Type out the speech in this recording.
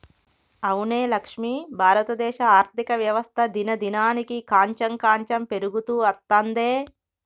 అవునే లక్ష్మి భారతదేశ ఆర్థిక వ్యవస్థ దినదినానికి కాంచెం కాంచెం పెరుగుతూ అత్తందే